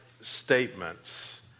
statements